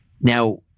Now